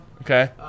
Okay